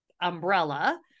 umbrella